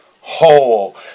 whole